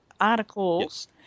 articles